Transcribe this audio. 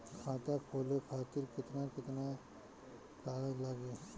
खाता खोले खातिर केतना केतना कागज लागी?